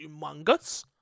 humongous